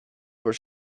were